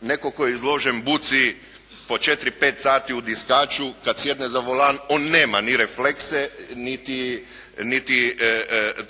netko tko je izložen buci po četiri, pet sati u diskaču, kad sjedne za volan on nema ni reflekse, niti